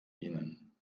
ihnen